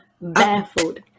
Baffled